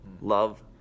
love